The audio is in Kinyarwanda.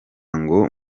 ngo